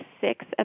six